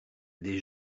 des